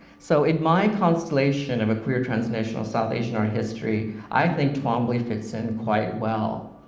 so in my constellation of a queer transnational south asian art history, i think twombly fits in quite well.